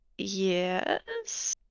Yes